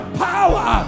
power